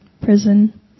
prison